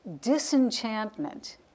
disenchantment